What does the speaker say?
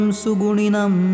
suguninam